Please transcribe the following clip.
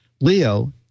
Leo